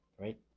right